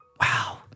wow